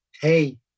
hey